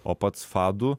o pats fadu